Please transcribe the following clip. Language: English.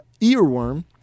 Earworm